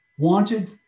Wanted